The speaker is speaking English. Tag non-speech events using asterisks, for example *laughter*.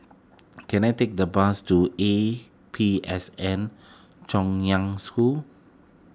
*noise* can I take a bus to A P S N Chaoyang School